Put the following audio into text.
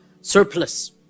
surplus